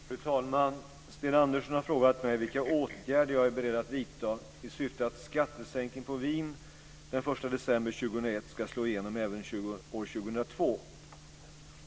Fru talman! Sten Andersson har frågat mig vilka åtgärder jag är beredd att vidta i syfte att skattesänkningen på vin den 1 december 2001 ska slå igenom även år 2002.